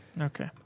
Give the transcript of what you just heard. Okay